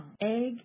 Egg